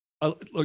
Look